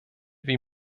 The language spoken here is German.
wie